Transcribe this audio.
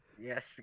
Yes